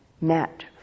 met